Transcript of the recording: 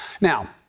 Now